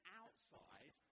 outside